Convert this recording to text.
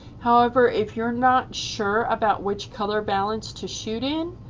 however if you're not sure about which color balance to shoot in,